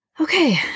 Okay